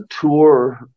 tour